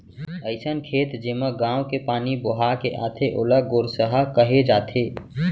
अइसन खेत जेमा गॉंव के पानी बोहा के आथे ओला गोरसहा कहे जाथे